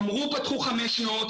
אמרו שפתחו 500,